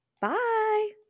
Bye